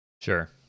Sure